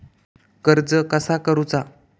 कर्ज कसा करूचा?